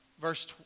Verse